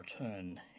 return